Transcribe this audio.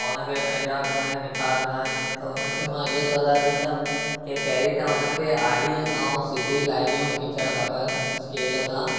ऐं उन खे पंहिंजा गुण निख़ारिणा आहिनि त उन खे मां हीअ सलाह ॾींदमि की पहिरीं त उन खे आड़ी ऐं सिधी लाइनियूं खींचणु खपनि स्केल सां